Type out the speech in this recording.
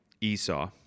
Esau